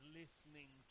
listening